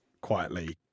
quietly